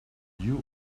you